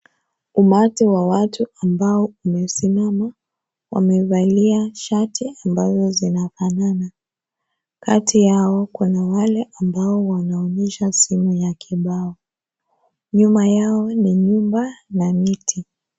Umati wa watu ambao wamesimama wamevalia shati ambazo zinafanana. Kati yao kuna wale ambao wanaonyesha sehemu ya kibao. Nyuma yao ni nyumba na miti.